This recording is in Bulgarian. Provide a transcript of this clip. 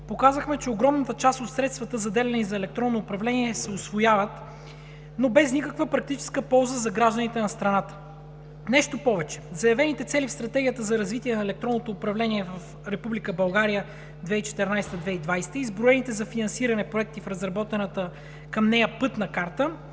показахме, че огромната част от средствата, заделени за електронно управление, се усвояват, но без никаква практическа полза за гражданите на страната. Нещо повече, заявените цели в Стратегията за развитие на електронното управление в Република България (2014 – 2020) и изброените за финансиране проекти в разработената към нея Пътна карта